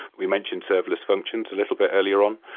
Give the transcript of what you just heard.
we mentioned serverless functions a little bit earlier on,